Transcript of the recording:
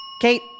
Kate